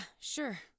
sure